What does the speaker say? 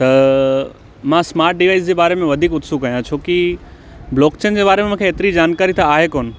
त मां smart devices जे बारे में वधीक उत्सुक आहियां छो की ब्लॉकचेन जे बारे में मूंखे एतिरी जानकारी त आहे कोन्ह